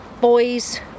boys